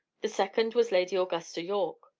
the second, was lady augusta yorke.